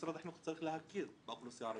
משרד החינוך צריך להכיר באוכלוסייה הערבית,